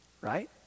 Right